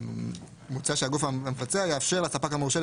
מוצע שהגוף המבצע יאפשר לספק המורשה,